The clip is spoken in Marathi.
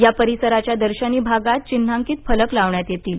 या परिसराच्या दर्शनी भागात चिन्हांकित फलक लावण्यात येतील